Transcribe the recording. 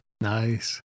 Nice